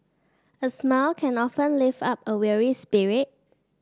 a smile can often lift up a weary spirit